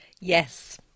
Yes